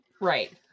right